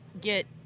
get